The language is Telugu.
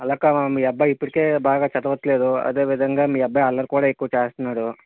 అలా కాదు మీ అబ్బాయి ఇప్పటికే బాగా చదవటం లేదు అదే విధంగా మీ అబ్బాయి అల్లరి కూడా ఎక్కువ చేస్తున్నాడు